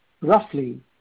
roughly